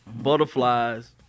butterflies